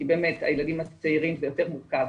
כי באמת הילדים הצעירים זה יותר מורכב,